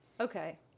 Okay